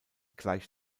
gleich